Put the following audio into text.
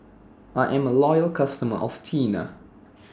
I'm A Loyal customer of Tena